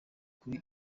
kuri